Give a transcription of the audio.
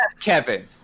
Kevin